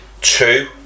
two